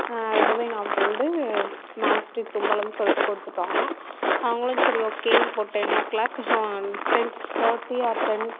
ரெண்டு பை நாற்பத்ரெண்டு மேல ஸ்டீட் தும்பலம் சொல்லிட்டு கொடுத்துட்டோம் அவங்களும் சரி ஓகே இப்போது ten o'clock ten thirty or ten